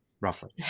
roughly